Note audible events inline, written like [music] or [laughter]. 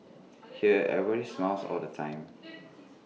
[noise] here everybody smiles all the time [noise]